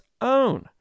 own